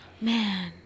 Man